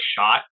shot